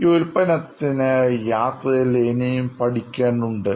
ഈ ഉൽപ്പന്നത്തിന് യാത്രയിൽ ഇനിയും പഠിക്കേണ്ടതുണ്ട്